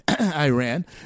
Iran